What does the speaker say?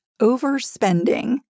overspending